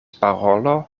parolo